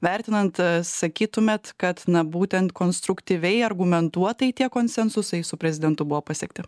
vertinant sakytumėt kad būtent konstruktyviai argumentuotai tie konsensusai su prezidentu buvo pasiekti